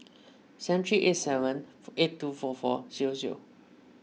seven three eight seven eight two four four zero zero